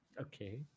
Okay